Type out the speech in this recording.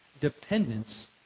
dependence